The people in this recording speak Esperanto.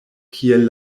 kiel